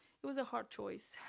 it was a hard choice,